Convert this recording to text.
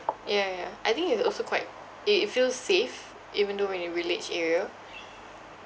ya ya I think it's also quite it it feels safe even though in the village area